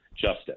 justice